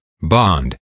bond